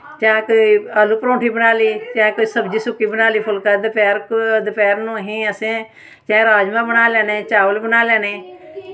जां ते आलू परौंठी बनाई लेई जां ते सुक्की सब्जी बनाई लेई ते फुल्का दपैह्र नूं असें चाहे राजमां बनाई लैने चाहे चावल बनाई लैने